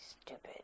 stupid